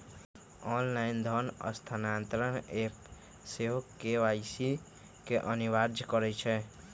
online धन स्थानान्तरण app सेहो के.वाई.सी के अनिवार्ज करइ छै